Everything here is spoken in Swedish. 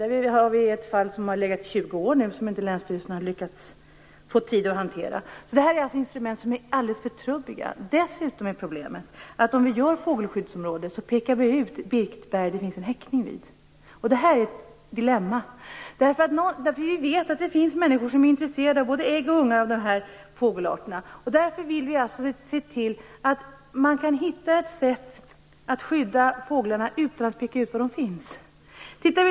Det finns ett fall som har legat i 20 år som länsstyrelsen inte har lyckats få tid att hantera. Detta är alltså instrument som är alldeles för trubbiga. Ett annat problem är att om man inrättar fågelskyddsområden så pekar man ut berg med häckningsplatser. Detta är ett dilemma. Vi vet nämligen att det finns människor som är intresserade av både ägg och ungar av dessa fågelarter. Därför vill vi se till att man kan hitta ett sätt att skydda fåglarna utan att peka ut var de finns.